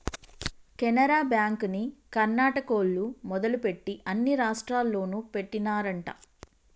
కెనరా బ్యాంకుని కర్ణాటకోల్లు మొదలుపెట్టి అన్ని రాష్టాల్లోనూ పెట్టినారంట